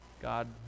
God